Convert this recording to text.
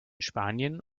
spanien